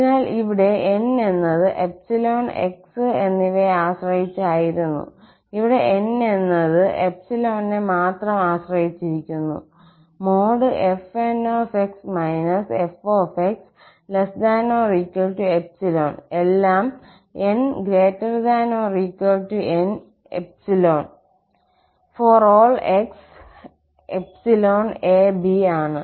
അതിനാൽ ഇവിടെ 𝑁 എന്നത് 𝜖 𝑥 എന്നിവയെ ആശ്രയിച്ചായിരുന്നു ഇവിടെ 𝑁 എന്നത് 𝜖 നെ മാത്രം ആശ്രയിച്ചിരിക്കുന്നു fnx fx≤∈ എല്ലാം 𝑛≥𝑁𝜖 ∀ 𝑥 ∈ 𝑎 𝑏 ആണ്